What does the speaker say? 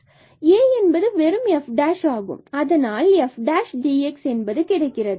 A என்பது வெறும் f ஆகும் அதனால் fdx என்பது கிடைக்கிறது